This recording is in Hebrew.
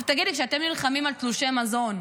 אז תגיד לי, כשאתם נלחמים על תלושי מזון,